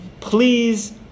Please